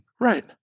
Right